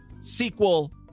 sequel